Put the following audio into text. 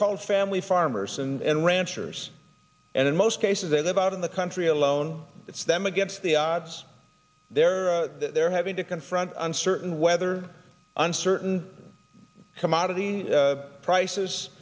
called family farmers and ranchers and in most cases they live out in the country alone it's them against the odds there are they're having to confront uncertain whether uncertain commodity prices